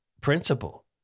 principle